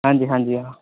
हां जा हां जी